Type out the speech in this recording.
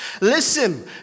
Listen